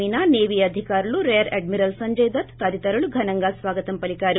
మీనా సేవీ అధికారులు rear admiral Sanjay Dutt తదితరులు ఘనంగా స్వాగతం పలికారు